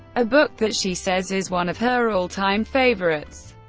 a book that she says is one of her all-time favorites.